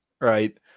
right